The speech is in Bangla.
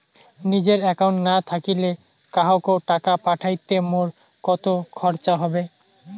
নিজের একাউন্ট না থাকিলে কাহকো টাকা পাঠাইতে মোর কতো খরচা হবে?